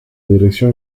dirección